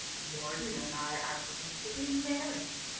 mordon and i are going to be married.